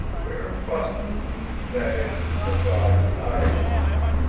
we're busted that is, the dogs and i are busted,